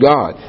God